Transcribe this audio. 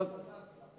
אילו מבחנים אלה?